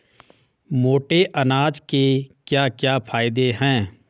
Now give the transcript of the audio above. मोटे अनाज के क्या क्या फायदे हैं?